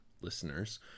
listeners